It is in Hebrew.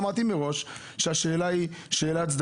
אמרתי מראש שזאת שאלה צדדית,